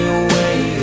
away